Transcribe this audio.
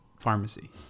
pharmacy